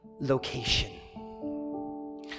location